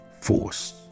force